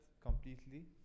completely